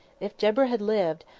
if deborah had lived,